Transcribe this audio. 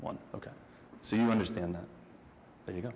on ok so you understand that you